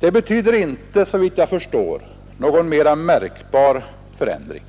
Det betyder inte, såvitt jag förstår, någon mera märkbar förändring,